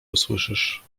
usłyszysz